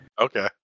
Okay